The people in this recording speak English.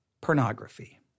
pornography